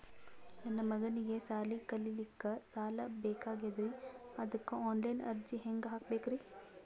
ನನ್ನ ಮಗನಿಗಿ ಸಾಲಿ ಕಲಿಲಕ್ಕ ಸಾಲ ಬೇಕಾಗ್ಯದ್ರಿ ಅದಕ್ಕ ಆನ್ ಲೈನ್ ಅರ್ಜಿ ಹೆಂಗ ಹಾಕಬೇಕ್ರಿ?